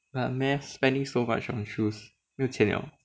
that man spending so much on shoes 没有钱了